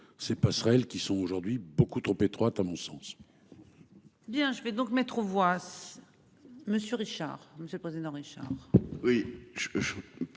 ses passerelles qui sont aujourd'hui beaucoup trop étroite à mon sens. Bien je vais donc mettre aux voix. Monsieur Richard, monsieur le président Richard.